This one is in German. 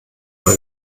bei